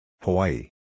Hawaii